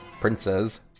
Princess